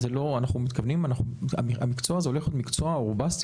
המקצוע הזה הוא רובסטי,